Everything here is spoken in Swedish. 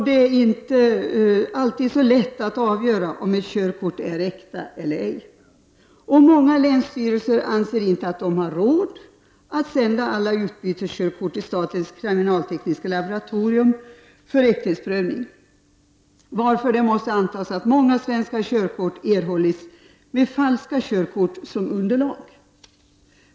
Det är inte alltid så lätt att avgöra om ett körkort är äkta eller ej. Många länsstyrelser anser sig inte ha råd att sända alla utbyteskörkort till statens kriminaltekniska laboratorium för äkthetsprövning, varför det måste antas att många svenska körkort erhållits med falska körkort som underlag.